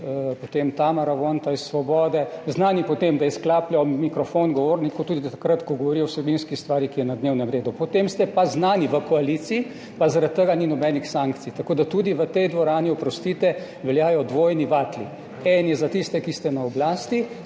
potem Tamara Vonta iz Svobode, znani po tem, da izklapljajo mikrofon govorniku tudi takrat, ko govori o vsebinski stvari, ki je na dnevnem redu. Po tem ste pa znani v koaliciji, pa zaradi tega ni nobenih sankcij. Tako da tudi v tej dvorani, oprostite, veljajo dvojni vatli, eni za tiste, ki ste na oblasti,